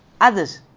others